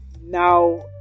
now